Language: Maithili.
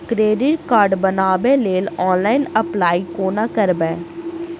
क्रेडिट कार्ड बनाबै लेल ऑनलाइन अप्लाई कोना करबै?